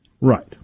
Right